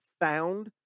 found